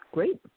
Great